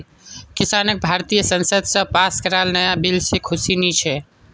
किसानक भारतीय संसद स पास कराल नाया बिल से खुशी नी छे